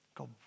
God